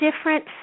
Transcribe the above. different